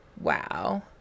Wow